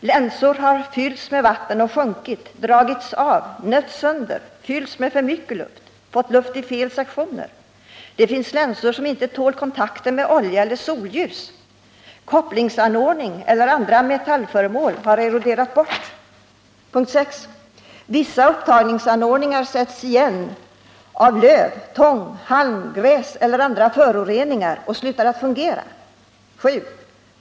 Länsor har fyllts med vatten och sjunkit, dragits av, nötts sönder, fyllts med för mycket luft, fått luft i fel sektioner. Det finns länsor som inte tål kontakten med olja eller solljus. Kopplingsanordning eller andra metallföremål har eroderat bort. 6. Vissa upptagningsanordningar sätts igen av löv, tång, halm, gräs eller andra föroreningar och slutar att fungera. 7.